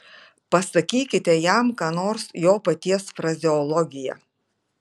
pasakykite jam ką nors jo paties frazeologija